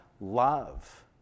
Love